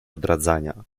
odradzania